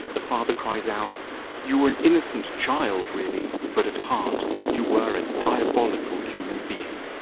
the father cries out you were an innocent child, really, but at heart you were a diabolical human being.